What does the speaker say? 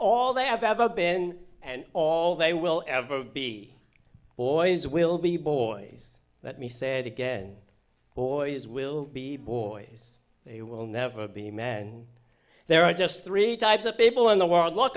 all they have ever been and all they will ever be boys will be boys that me said again boys will be boys they will never be men there are just three types of people in the world